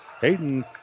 Hayden